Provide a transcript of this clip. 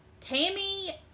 Tammy